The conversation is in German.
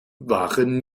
waren